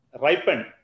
ripened